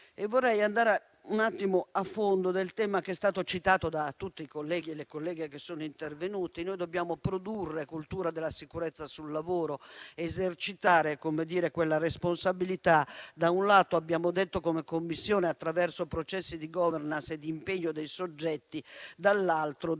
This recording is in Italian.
Vorrei andare a fondo del tema che è stato citato da tutti i colleghi e le colleghe intervenuti. Dobbiamo produrre cultura della sicurezza sul lavoro ed esercitare quella responsabilità, da un lato - lo abbiamo detto, come Commissione - attraverso processi di *governance* e impegno dei soggetti e, dall'altro,